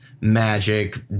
magic